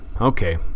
Okay